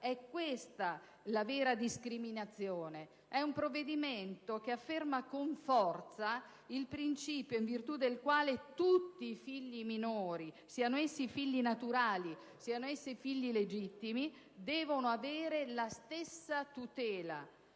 È questa la vera discriminazione. È un provvedimento che afferma con forza il principio in virtù del quale tutti i figli minori, siano essi i figli naturali o i figli legittimi, devono avere la stessa tutela,